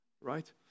right